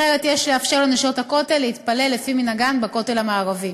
אחרת יש לאפשר ל"נשות הכותל" להתפלל לפי מנהגן בכותל המערבי.